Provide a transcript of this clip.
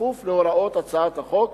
בכפוף להוראות הצעת החוק,